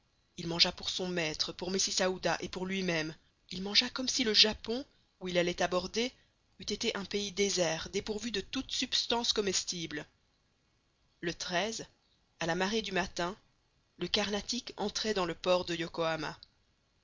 il mangea pour son maître pour mrs aouda et pour lui-même il mangea comme si le japon où il allait aborder eût été un pays désert dépourvu de toute substance comestible le à la marée du matin le carnatic entrait dans le port de yokohama